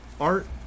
art